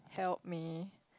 help me